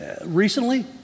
recently